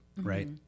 right